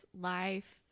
life